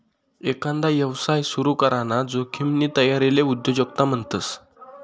एकांदा यवसाय सुरू कराना जोखिमनी तयारीले उद्योजकता म्हणतस